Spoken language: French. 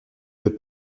veux